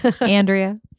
Andrea